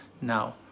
Now